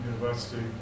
University